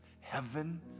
Heaven